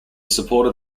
supported